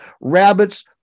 rabbits